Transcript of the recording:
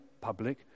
public